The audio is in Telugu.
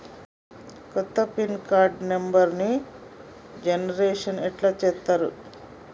కొత్త పిన్ కార్డు నెంబర్ని జనరేషన్ ఎట్లా చేత్తరు?